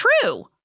true